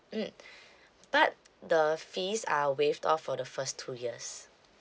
mmhmm but the fees are waived off for the first two years